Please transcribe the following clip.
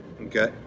okay